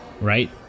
Right